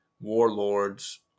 warlords